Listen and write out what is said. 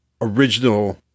original